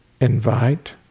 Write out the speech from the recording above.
Invite